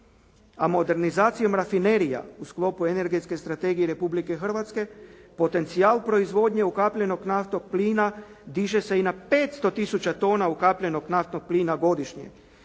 a modernizacijom rafinerija u sklopu energetske strategije Republike Hrvatske potencijal proizvodnje ukapljenog naftnog plina diže se i na 500 tisuća tona ukapljenog naftnog plina godišnje